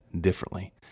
differently